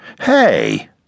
Hey